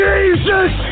Jesus